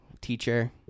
teacher